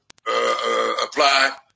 apply